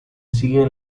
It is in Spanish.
sigue